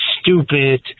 stupid